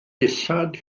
dillad